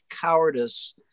cowardice